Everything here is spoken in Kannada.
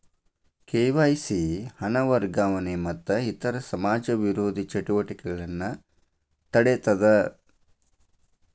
ಕೆ.ವಾಯ್.ಸಿ ಹಣ ವರ್ಗಾವಣೆ ಮತ್ತ ಇತರ ಸಮಾಜ ವಿರೋಧಿ ಚಟುವಟಿಕೆಗಳನ್ನ ತಡೇತದ